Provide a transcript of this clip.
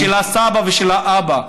של הסבא ושל האבא.